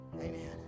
Amen